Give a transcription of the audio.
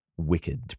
Wicked